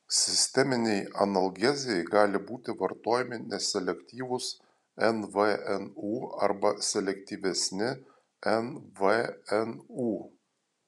sisteminei analgezijai gali būti vartojami neselektyvūs nvnu arba selektyvesni nvnu